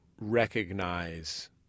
recognize